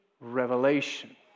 revelation